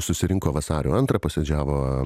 susirinko vasario antrą posėdžiavo